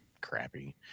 crappy